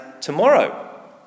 tomorrow